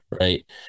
right